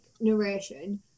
narration